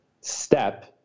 step